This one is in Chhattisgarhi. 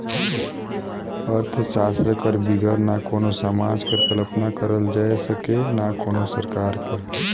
अर्थसास्त्र कर बिगर ना कोनो समाज कर कल्पना करल जाए सके ना कोनो सरकार कर